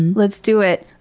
let's do it!